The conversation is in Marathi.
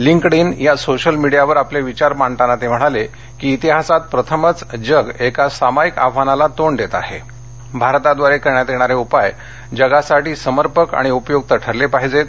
लिंक्डइन या सोशल मीडियावर आपले विचार मांडताना ते म्हणाले की इतिहासात प्रथमच जग एका सामायिक आव्हानाला तोंड देत आहे भारताद्वारे करण्यात येणारे उपाय जगासाठी समर्पक आणि उपयूक्त ठरले पाहिजेत